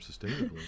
sustainably